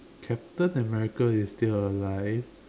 captain America is still alive